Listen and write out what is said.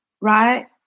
right